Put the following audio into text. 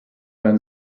when